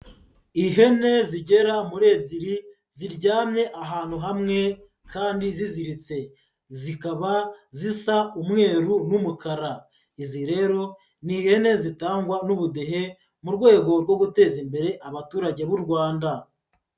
Ihene zigera muri ebyiri ziryamye ahantu hamwe kandi ziziritse, zikaba zisa umweru n'umukara, izi rero ni ihene zitangwa n'ubudehe mu rwego rwo guteza imbere abaturage b'u Rwanda.